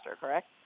correct